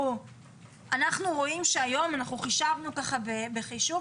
אנחנו רואים שהיום אנחנו חישבנו ככה בחישוב